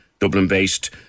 Dublin-based